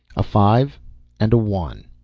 a five and a one.